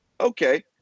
okay